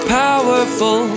powerful